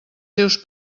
seus